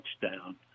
touchdown